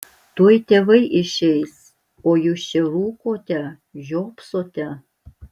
tuoj tėvai išeis o jūs čia rūkote žiopsote